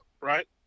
right